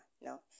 no